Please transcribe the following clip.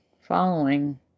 following